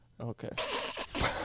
Okay